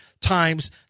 times